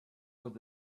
with